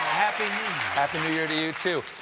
happy happy new year to you, too.